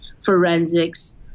forensics